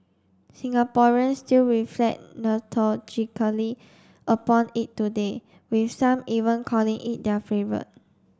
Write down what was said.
Singaporeans still reflect upon it today with some even calling it their favourite